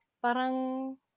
Parang